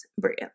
Bria